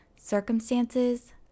Circumstances